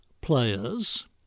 players